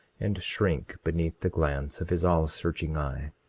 and shrink beneath the glance of his all-searching eye.